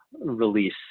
release